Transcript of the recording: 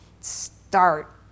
start